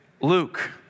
Luke